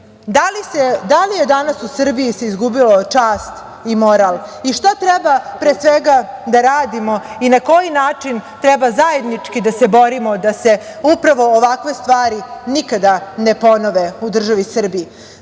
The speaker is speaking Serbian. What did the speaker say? da li se danas u Srbiji izgubio čast i moral i šta treba, pre svega, da radimo i na koji način treba zajednički da se borimo da se upravo ovakve stvari nikada ne ponove u državi Srbiji,